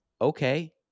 Okay